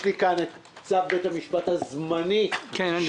יש לי כאן את צו בית המשפט הזמני שאוסר.